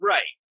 Right